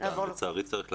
אני לצערי צריך לצאת,